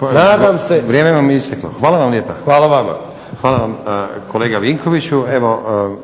Nenad (SDP)** Hvala vam kolega Vinkoviću. Evo